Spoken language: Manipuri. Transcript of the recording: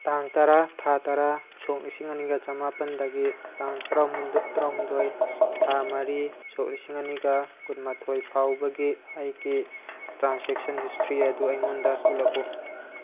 ꯇꯥꯡ ꯇꯔꯥ ꯊꯥ ꯇꯔꯥ ꯁꯣꯛ ꯂꯤꯁꯤꯡ ꯑꯅꯤꯒ ꯆꯃꯥꯄꯜꯗꯒꯤ ꯇꯥꯡ ꯇꯔꯥ ꯍꯨꯝꯗꯣꯏ ꯊꯥ ꯃꯔꯤ ꯁꯣꯛ ꯂꯤꯁꯤꯡ ꯑꯅꯤꯒ ꯀꯨꯟꯃꯥꯊꯣꯏ ꯐꯥꯎꯕꯒꯤ ꯑꯩꯒꯤ ꯇ꯭ꯔꯥꯟꯁꯦꯛꯁꯟ ꯍꯤꯁꯇ꯭ꯔꯤ ꯑꯗꯨ ꯑꯩꯉꯣꯟꯗ ꯎꯠꯂꯛꯎ